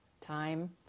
time